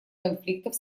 конфликтов